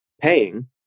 paying